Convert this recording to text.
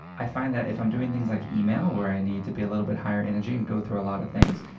i find that if i'm doing things like email where i need to be a little bit more higher energy and go through a lot of things,